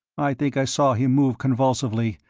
i think i saw him move convulsively,